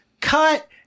Cut